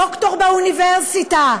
ד"ר באוניברסיטה,